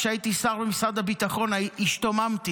כשהייתי שר במשרד הביטחון השתוממתי.